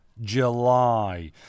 July